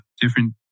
different